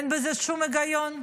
אין בזה שום היגיון.